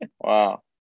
Wow